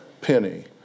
penny